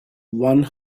one